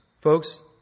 Folks